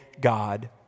God